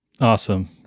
Awesome